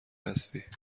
هستی